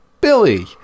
Billy